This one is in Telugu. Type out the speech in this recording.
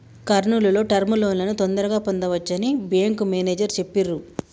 కర్నూల్ లో టర్మ్ లోన్లను తొందరగా పొందవచ్చని బ్యేంకు మేనేజరు చెప్పిర్రు